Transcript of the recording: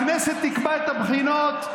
הכנסת תקבע את הבחינות,